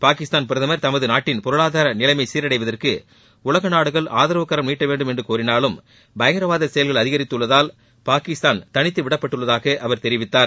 பாகிஸ்தான் பிரதமர் தமது நாட்டின் பொருளாதார நிலைமை சீரடைவதற்கு உலக நாடுகள் ஆதரவு கரம் நீட்ட வேண்டும் என்று கோரினாலும் பயங்கரவாத செயல்கள் அதிகரித்துள்ளதால் பாகிஸ்தான் தனித்து விடப்பட்டுள்ளதாக அவர் தெரிவித்தார்